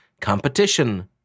Competition